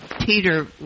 Peter